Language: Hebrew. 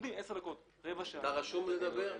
עומדים עשר דקות, רבע